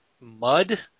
MUD